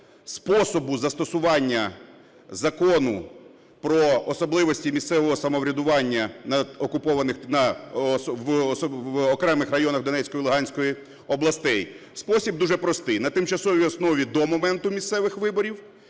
способу застосування Закону про особливості місцевого самоврядування на окупованих… в окремих районах Донецької і Луганської областей. Спосіб дуже простий. На тимчасовій основі – до моменту місцевих виборів